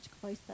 closer